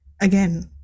again